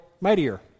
mightier